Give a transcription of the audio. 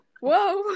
Whoa